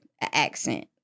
accent